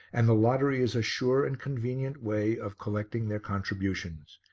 and the lottery is a sure and convenient way of collecting their contributions.